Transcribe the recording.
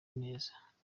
neza